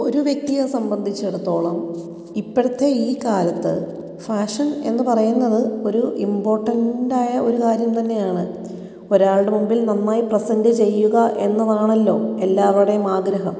ഒരു വ്യക്തിയെ സംബന്ധിച്ചിടത്തോളം ഇപ്പൊഴത്തെ ഈ കാലത്ത് ഫാഷൻ എന്ന് പറയുന്നത് ഒരു ഇമ്പോർട്ടൻ്റ് ആയ ഒരു കാര്യം തന്നെയാണ് ഒരാളുടെ മുൻപിൽ നന്നായി പ്രെസൻ്റ് ചെയ്യുക എന്നതാണല്ലോ എല്ലാവരുടെയും ആഗ്രഹം